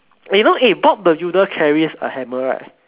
you know eh Bob the builder carries a hammer right